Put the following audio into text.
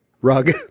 rug